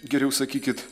geriau sakykit